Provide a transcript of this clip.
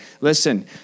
listen